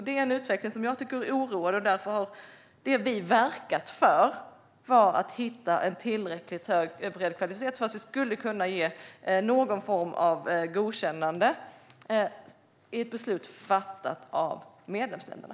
Det är en utveckling som jag tycker är oroande, och därför har vi verkat för att hitta en tillräckligt bred majoritet för att någon form av godkännande skulle kunna ges i ett beslut fattat av medlemsländerna.